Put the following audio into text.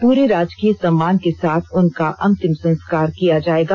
पूरे राजकीय सम्मान के साथ उनका अंतिम संस्कार किया जाएगा